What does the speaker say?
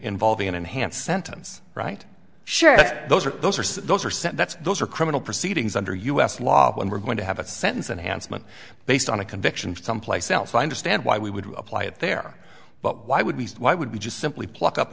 involving an enhanced sentence right sure those are those are those are set that's those are criminal proceedings under u s law and we're going to have a sentence and handsome and based on a conviction someplace else i understand why we would apply it there but why would we why would we just simply pluck up